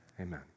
Amen